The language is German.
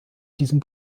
diesem